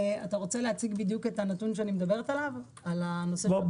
אתה רוצה להציג את הנתון שאני מדברת עליו בעניין הבקבוקים הקטנים?